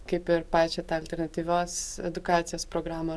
kaip ir pačią tą alternatyvios edukacijos programą